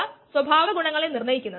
ഇവിടെ S cancel ആകുന്നു